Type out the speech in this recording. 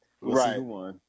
Right